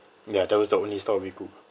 ya that was the only store we could